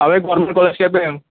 हावें government college केंपें